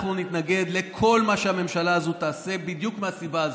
אנחנו נתנגד לכל מה שהממשלה הזו תעשה בדיוק מהסיבה הזו,